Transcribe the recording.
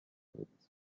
rooms